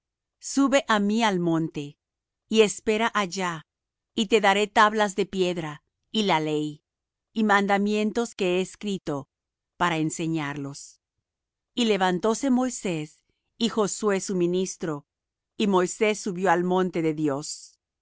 sube á mí al monte y espera allá y te daré tablas de piedra y la ley y mandamientos que he escrito para enseñarlos y levantóse moisés y josué su ministro y moisés subió al monte de dios